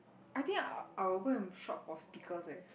I think I will go and shop for speakers eh